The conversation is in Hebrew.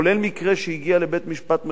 כולל מקרה שהגיע לבית-משפט מחוזי,